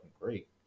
great